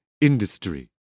industry